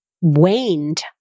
waned